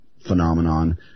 phenomenon